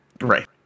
Right